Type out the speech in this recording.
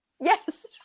Yes